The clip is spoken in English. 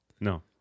No